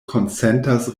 konsentas